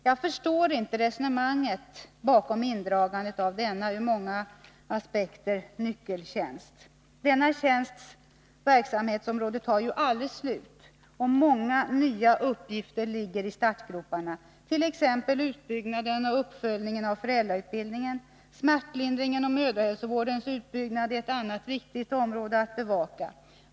Jag förstår inte resonemanget bakom indragandet av denna tjänst — ur många aspekter en nyckeltjänst. Denna tjänsts verksamhetsområde tar ju aldrig slut — och många nya uppgifter ligger i startgroparna, t.ex. utbyggnaden och uppföljningen av föräldrautbildningen. Smärtlindringen och mödrahälsovårdens utbyggnad är andra viktiga områden att bevaka.